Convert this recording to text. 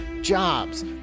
jobs